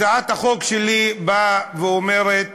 הצעת החוק שלי באה ואומרת